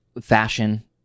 fashion